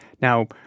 Now